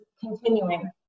continuing